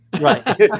Right